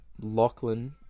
Lachlan